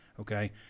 Okay